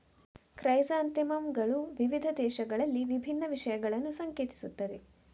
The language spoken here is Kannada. ಕ್ರೈಸಾಂಥೆಮಮ್ ಗಳು ವಿವಿಧ ದೇಶಗಳಲ್ಲಿ ವಿಭಿನ್ನ ವಿಷಯಗಳನ್ನು ಸಂಕೇತಿಸುತ್ತವೆ